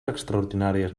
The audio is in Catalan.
extraordinàries